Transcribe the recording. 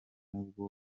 nkuko